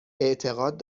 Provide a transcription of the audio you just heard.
اعتقاد